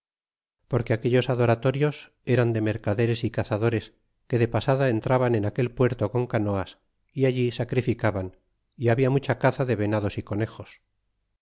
porque aquellos adoratorios eran de mercaderes y cazadores que de pasada entraban en aquel puerto con canoas y allí sacrificaban y habla mucha caza de venados y conejos